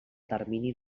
termini